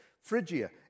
Phrygia